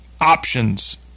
options